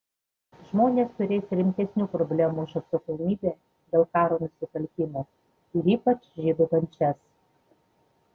žmonės turės rimtesnių problemų už atsakomybę dėl karo nusikaltimų ir ypač žydų kančias